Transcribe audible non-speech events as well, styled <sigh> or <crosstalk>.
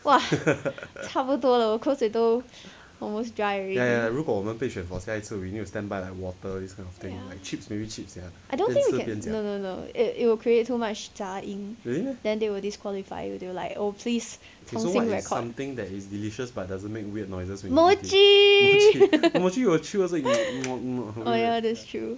!wah! 差不多了我口水都 almost dry already I don't think we can no no no it will create too much 杂音 then they will disqualify you they will like oh please 重新 record <laughs> oh ya that's true